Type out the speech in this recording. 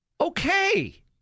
Okay